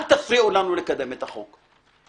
אל תפריעו לנו לקדם את החוק.